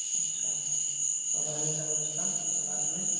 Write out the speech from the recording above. अच्छा और रहने का व्यवस्था रात में